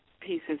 pieces